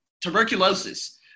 tuberculosis